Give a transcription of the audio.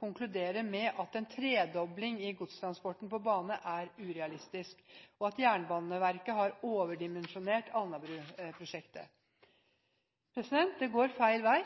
konkluderer med at en tredobling i godstransporten på bane er urealistisk, og at Jernbaneverket har overdimensjonert Alnabru-prosjektet. Det går feil vei.